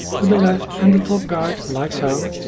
to the left and the top guide like so,